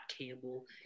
Campbell